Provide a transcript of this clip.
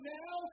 now